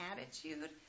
attitude